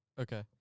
okay